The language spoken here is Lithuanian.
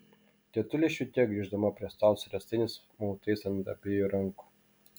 tetulė švytėjo grįždama prie stalo su riestainiais mautais ant abiejų rankų